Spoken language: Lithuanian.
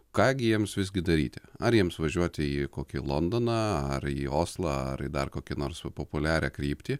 ką gi jiems visgi daryti ar jiems važiuoti į kokį londoną ar į oslą ar dar kokią nors populiarią kryptį